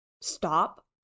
stop